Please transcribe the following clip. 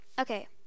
Okay